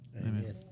Amen